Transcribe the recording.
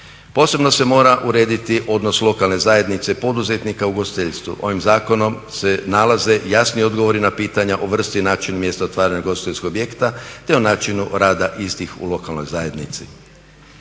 Posebno se mora urediti odnos lokalne zajednice poduzetnika u ugostiteljstvu. Ovim zakonom se nalaze jasniji odgovori na pitanja o vrsti i načinu mjesta otvaranja ugostiteljskih objekata te o načinu rada istih u lokalnoj zajednici.